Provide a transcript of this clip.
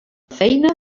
feina